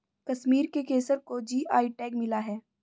कश्मीर के केसर को जी.आई टैग मिला है